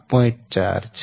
4 છે